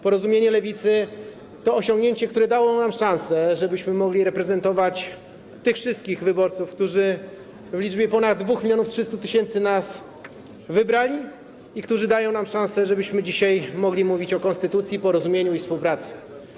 Porozumienie lewicy to osiągnięcie, które dało nam szansę, żebyśmy mogli reprezentować tych wszystkich wyborców, którzy w liczbie ponad 2300 tys. nas wybrali i którzy dają nam szansę, żebyśmy dzisiaj mogli mówić o konstytucji, porozumieniu i współpracy.